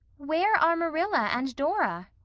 where are marilla and dora?